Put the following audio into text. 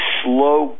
slow